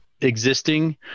existing